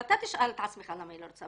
אתה תשאל את עצמך למה היא לא רוצה.